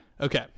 Okay